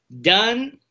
done